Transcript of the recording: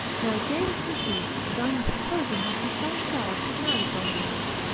now james conceived the design of proposing that his son charles should marry donna maria,